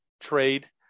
trade